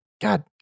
God